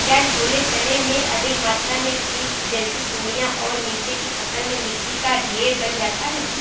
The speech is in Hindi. क्या छोले चने में अधिक मात्रा में कीट जैसी सुड़ियां और नीचे की फसल में मिट्टी का ढेर बन जाता है?